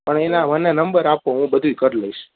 પણ એના મને નંબર આપો હું બધુંય કરી લઇશ